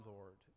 Lord